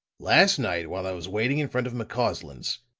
last night while i was waiting in front of mccausland's,